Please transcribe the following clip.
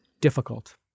difficult